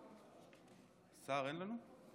שר אין לנו?